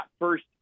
first